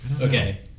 Okay